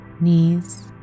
knees